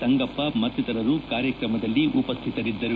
ಸಂಗಪ್ಪ ಮತ್ತಿತರರು ಕಾರ್ಯಕ್ರಮದಲ್ಲಿ ಉಪಸ್ಥಿತರಿದ್ದರು